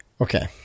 Okay